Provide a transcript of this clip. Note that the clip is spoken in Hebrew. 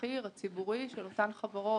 הסחיר הציבורי של אותן חברות